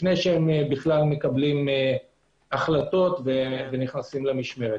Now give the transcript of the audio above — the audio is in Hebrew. לפני שהם מקבלים החלטות ונכנסים למשמרת.